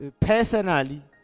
personally